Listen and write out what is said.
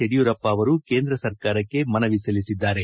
ಯಡಿಯೂರಪ್ಪ ಅವರು ಕೇಂದ್ರ ಸರ್ಕಾರಕ್ಕೆ ಮನವಿ ಸಲ್ಲಿಸಿದ್ದಾರೆ